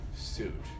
suit